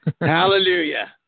hallelujah